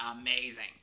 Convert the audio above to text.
amazing